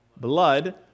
Blood